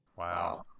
Wow